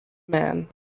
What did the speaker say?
man